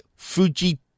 Fuji